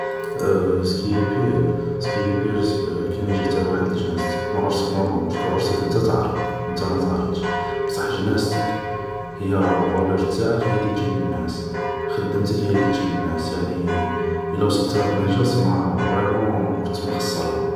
سكيي بير سكيي بير سكو كي ما يجي حتى واحد لجنازتك ما عرسك نورمال باسكو عرسك نتا تعرض و نتا متعرضش بصح جنازتك هي لافالور تاعك هي لي جيب الناس خدمتك هي لي جيب الناس يعني إلا وصل حتى واحد ما جا تسما فريمون كنت مخصرها